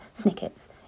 snickets